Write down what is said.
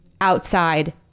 outside